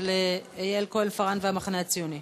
של יעל כהן-פארן והמחנה הציוני.